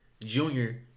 Junior